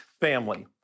family